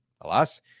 alas